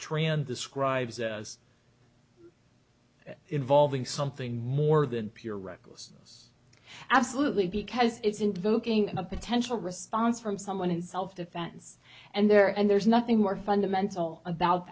strand describes as involving something more than pure recklessness absolutely because it's invoking a potential response from someone in self defense and there and there's nothing more fundamental about